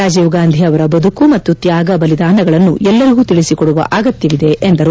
ರಾಜೀವ್ ಗಾಂಧಿ ಅವರ ಬದುಕು ಮತ್ತು ತ್ಲಾಗ ಬಲಿದಾನಗಳನ್ನು ಎಲ್ಲರಿಗೂ ತಿಳಿಸಿಕೊಡುವ ಅಗತ್ನವಿದೆ ಎಂದರು